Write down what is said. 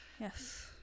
yes